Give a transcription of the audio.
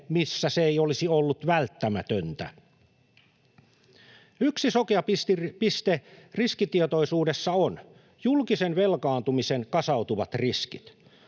missä se ei olisi ollut välttämätöntä. Yksi sokea piste riskitietoisuudessa on: julkisen velkaantumisen kasautuvat riskit.